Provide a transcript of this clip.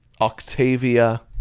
Octavia